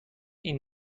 این